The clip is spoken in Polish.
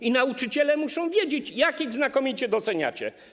I nauczyciele muszą wiedzieć, jak ich znakomicie doceniacie.